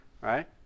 right